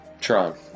Tron